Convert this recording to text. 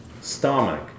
Stomach